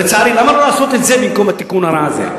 למה לא לעשות את זה במקום את התיקון הרע הזה?